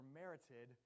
merited